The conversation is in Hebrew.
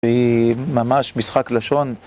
שהיא ממש משחק לשון.